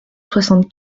soixante